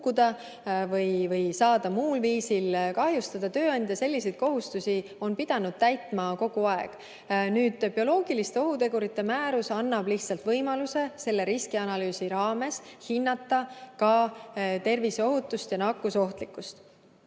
või saada muul viisil kahjustada. Tööandja on selliseid kohustusi pidanud täitma kogu aeg. Bioloogiliste ohutegurite määrus annab lihtsalt võimaluse selle riskianalüüsi raames hinnata ka terviseohutust ja nakkusohtlikkust.